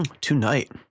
Tonight